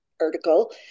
article